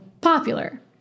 popular